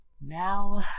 Now